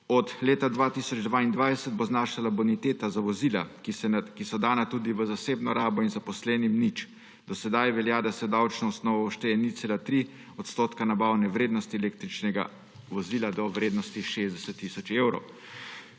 Od leta 2022 bo znašala boniteta za vozila, ki so dana tudi v zasebno rabo in zaposlenim, nič. Do sedaj velja, da se v davčno osnovo šteje 0,3 odstotka nabavne vrednosti električnega vozila do vrednosti 60 tisoč evrov.